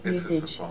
usage